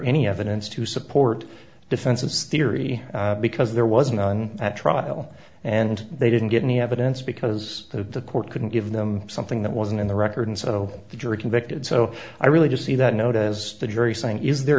any evidence to support defenses theory because there wasn't one at trial and they didn't get any evidence because the court couldn't give them something that wasn't in the record so the jury convicted so i really just see that note as the jury saying is there